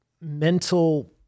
mental